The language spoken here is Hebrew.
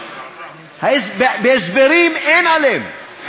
בהסברים, אין עליהם.